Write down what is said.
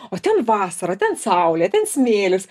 o ten vasara ten saulė ten smėlis